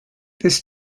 this